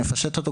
נפשט אותו,